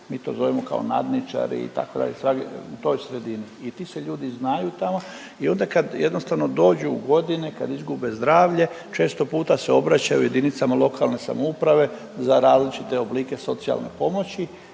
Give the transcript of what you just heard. mi to zovemo kao nadničari, itd., .../nerazumljivo/... u toj sredini. I ti se ljudi znaju tamo i onda kad jednostavno dođu u godine kad izgube zdravlje, često puta se obraćaju jedinicama lokalne samouprave za različite oblike socijalne pomoći